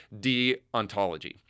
deontology